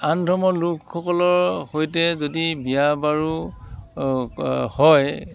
আন ধৰ্মৰ লোকসকলৰ সৈতে যদি বিয়া বাৰু হয়